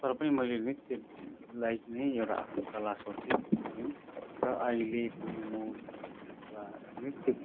तर पनि मैले नृत्यलाई नै एउटा आफ्नो कला सोचेँ है र अहिले पनि म एउटा नृत्य